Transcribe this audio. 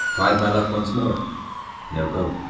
tried my luck once more no go.